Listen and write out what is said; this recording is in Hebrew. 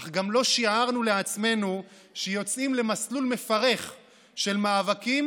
אך גם לא שיערנו לעצמנו שיוצאים למסלול מפרך של מאבקים